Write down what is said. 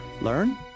learn